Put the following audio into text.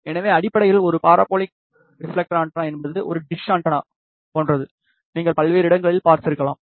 எனவே அடிப்படையில் ஒரு பாரபோலிக் ரிப்ஃலெக்டர் ஆண்டெனா என்பது ஒரு டிஷ் ஆண்டெனா போன்றது நீங்கள் பல்வேறு இடங்களில் பார்த்திருக்கலாம்